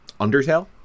undertale